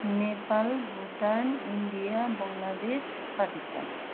Nepal Bhutan India Bangladesh Pakistan